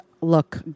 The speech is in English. look